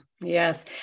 Yes